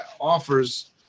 offers